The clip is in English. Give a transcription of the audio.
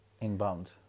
inbound